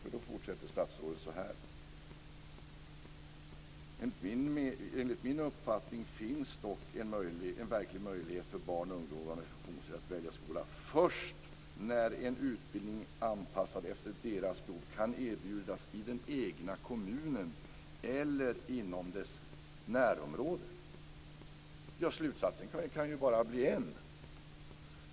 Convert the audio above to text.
Statsrådet fortsätter så här: "Enligt min uppfattning finns dock en verklig möjlighet för barn och ungdomar med funktionshinder att välja skola först när en utbildning anpassad efter deras behov kan erbjudas i den egna kommunen eller inom dess närområde." Slutsatsen kan ju bara bli en.